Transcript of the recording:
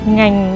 Ngành